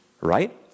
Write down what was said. right